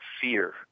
fear